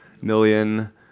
million